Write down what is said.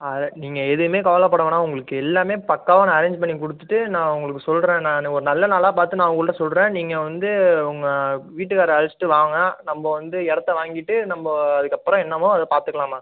அதான் நீங்கள் எதையும் கவலைப்படவேணாம் உங்களுக்கு எல்லாம் பக்கவாக நான் அரேஞ்ச் பண்ணி கொடுத்துட்டு நான் உங்களுக்கு சொல்கிறேன் நான் ஒரு நல்ல நாளாக பார்த்து நான் உங்கள்கிட்ட சொல்கிறேன் நீங்கள் வந்து உங்கள் வீட்டுக்காரரை அழைச்சிட்டு வாங்க நம்ம வந்து இடத்த வாங்கிவிட்டு நம்ம அதுக்கப்பறம் என்னவோ அதை பாத்துக்கலாம்மா